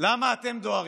למה אתם דוהרים.